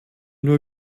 nur